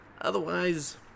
Otherwise